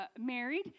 married